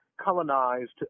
colonized